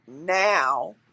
now